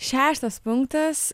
šeštas punktas